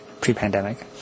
pre-pandemic